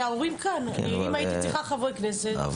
לא,